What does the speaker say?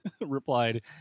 replied